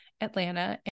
Atlanta